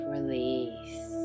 Release